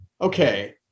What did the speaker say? okay